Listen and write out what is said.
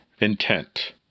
intent